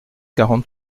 quarante